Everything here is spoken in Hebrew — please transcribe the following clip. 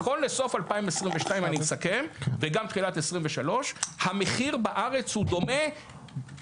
נכון לסוף 2022 וגם תחילת 23 המחיר בארץ הוא דומה,